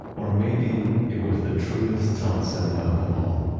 or maybe, it was the truest thomasson of them all.